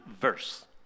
verse